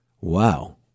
Wow